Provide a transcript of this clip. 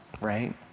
right